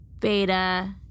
Beta